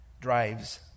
drives